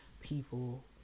people